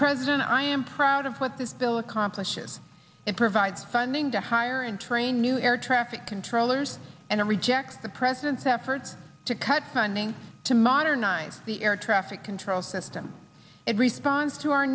president i am proud of what this bill accomplishes it provides funding to hire and train new air traffic controllers and it rejects the president's efforts to cut funding to modernize the air traffic control system it responds to our